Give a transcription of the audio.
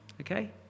Okay